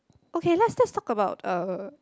okay let's just talk about uh